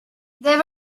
there